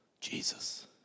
Jesus